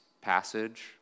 passage